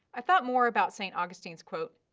i thought more about st. augustine's quote,